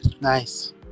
Nice